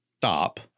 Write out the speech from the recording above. stop